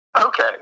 Okay